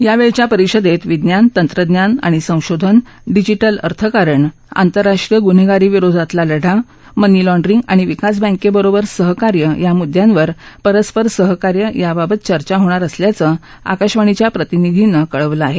या वेळच्या परिषदेत विज्ञान तक्जिान आणि सधींधन डिजीटल अर्थकारण आतस्विष्ट्रीय गुन्हेगारीविरोधातला लढा मनी लाँडरिक् आणि विकास बँकेबरोबर सहकार्य या मुद्यांवर परस्पर सहकार्य या बाबत चर्चा होणार असल्याचं आकाशवाणीच्या प्रतिनिधीनक्विळवलआहे